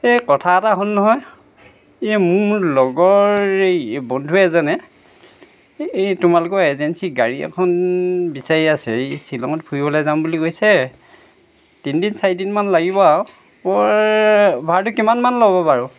এই কথা এটা হ'ল নহয় এই মোৰ লগৰ এই বন্ধু এজনে এই তোমালোকৰ এজেঞ্চিৰ গাড়ী এখন বিচাৰি আছে এই শ্বিলংত ফুৰিবলৈ যাম বুলি কৈছে তিনিদিন চাৰিদিন মান লাগিব আৰু মোৰ ভাড়াটো কিমান মান ল'বা বাৰু